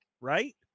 Right